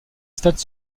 stade